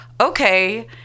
okay